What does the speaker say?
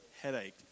headache